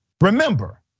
remember